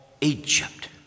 Egypt